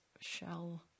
shell